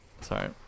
Sorry